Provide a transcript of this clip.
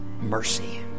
mercy